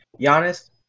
Giannis